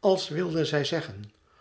als wilde zij zeggen